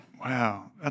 Wow